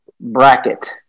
bracket